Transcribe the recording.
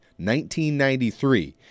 1993